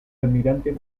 almirante